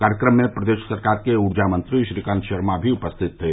कार्यक्रम में प्रदेश सरकार के ऊर्जा मंत्री श्रीकांत शर्मा भी उपस्थित थे